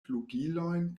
flugilojn